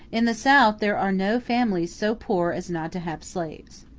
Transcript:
in the south there are no families so poor as not to have slaves.